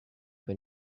when